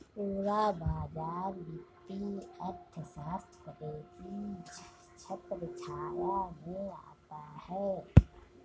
पूरा बाजार वित्तीय अर्थशास्त्र की छत्रछाया में आता है